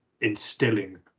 instilling